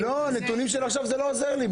הנתונים של עכשיו לא עוזרים לי.